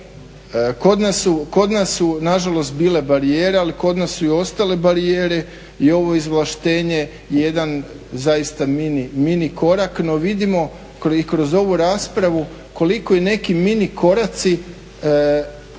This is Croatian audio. Kod nas su nažalost bile barijere, ali kod nas su i ostale barijere i ovo izvlaštenje je jedan zaista mini korak, no vidimo kroz ovu raspravu koliko i neki mini koraci otežano